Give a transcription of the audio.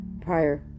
prior